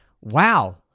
wow